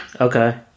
Okay